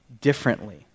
differently